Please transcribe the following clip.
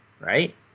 right